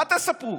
מה תספרו?